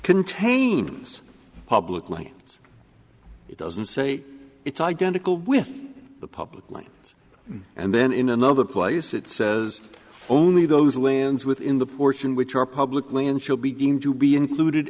contains public lands it doesn't say it's identical with the public lands and then in another place it says only those lands within the portion which are publicly and she'll begin to be included